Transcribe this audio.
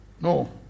No